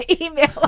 email